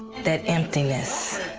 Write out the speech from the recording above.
that emptiness,